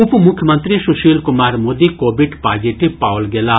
उपमुख्यमंत्री Sushil Kumar Modi Covid positive पाओल गेलाह